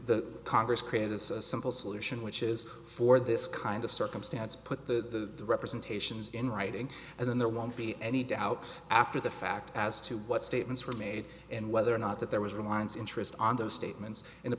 the congress created as a simple solution which is for this kind of circumstance put the representations in writing and then there won't be any doubt after the fact as to what statements were made and whether or not that there was reminds interest on those statements in the